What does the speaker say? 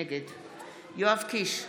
נגד יואב קיש,